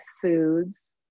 foods